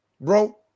Bro